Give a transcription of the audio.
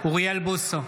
אוריאל בוסו,